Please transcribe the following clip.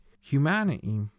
humanity